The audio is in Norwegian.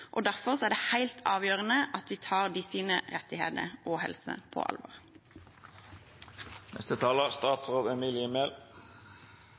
Derfor er det helt avgjørende at vi tar deres rettigheter og helse på